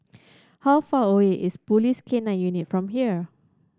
how far away is Police K Nine Unit from here